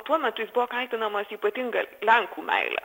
tuo metu jis buvo kaltinamas ypatinga lenkų meile